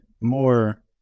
more